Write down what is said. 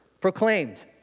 proclaimed